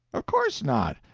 of course not.